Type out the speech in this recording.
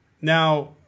Now